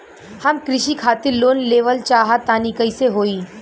हम कृषि खातिर लोन लेवल चाहऽ तनि कइसे होई?